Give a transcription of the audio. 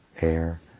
air